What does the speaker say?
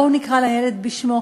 בואו נקרא לילד בשמו,